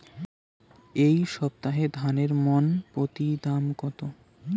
এই সপ্তাহে ধানের মন প্রতি দাম কত?